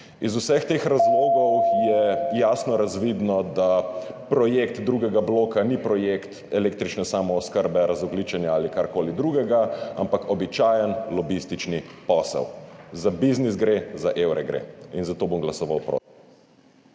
Iz vseh teh razlogov je jasno razvidno, da projekt drugega bloka ni projekt električne samooskrbe, razogljičenja ali karkoli drugega, ampak običajen lobistični posel. Za biznis gre, za evre gre. Zato bom glasoval proti.